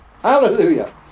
Hallelujah